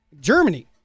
Germany